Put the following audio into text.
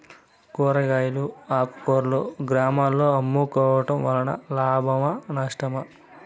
కూరగాయలు ఆకుకూరలు గ్రామాలలో అమ్ముకోవడం వలన లాభమేనా నష్టమా?